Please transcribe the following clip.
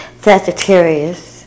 Sagittarius